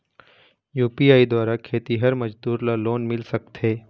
UPI द्वारा खेतीहर मजदूर ला लोन मिल सकथे?